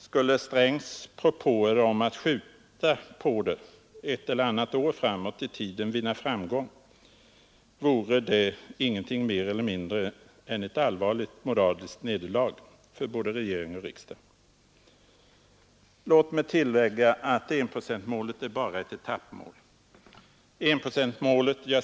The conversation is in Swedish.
Skulle herr Strängs propåer om att skjuta den ett eller annat åt framåt i tiden vinna framgång, vore detta ingenting mer eller mindre än ett allvarligt moraliskt nederlag för både regering och riksdag. Låt mig tillägga att enprocentmålet är bara ett etappmål.